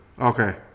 Okay